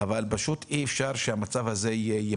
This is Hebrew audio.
אבל אי אפשר להמשיך במצב הזה.